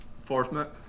enforcement